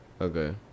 Okay